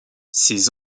ses